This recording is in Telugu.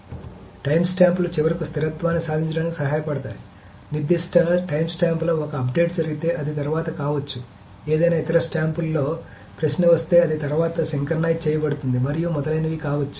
కాబట్టి టైమ్స్టాంప్లు చివరకు స్థిరత్వాన్ని సాధించడానికి సహాయపడతాయి నిర్దిష్ట టైమ్స్టాంప్లో ఒక అప్డేట్ జరిగితే అది తరువాత కావచ్చు ఏదైనా ఇతర టైమ్స్టాంప్లో ప్రశ్న వస్తే అది తర్వాత సింక్రనైజ్ చేయబడుతుంది మరియు మొదలైనవి కావచ్చు